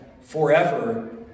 forever